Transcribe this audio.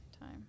time